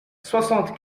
soixante